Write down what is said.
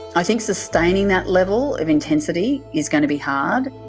i think sustaining that level of intensity is going to be hard.